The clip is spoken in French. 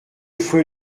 fouet